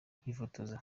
kwifotoza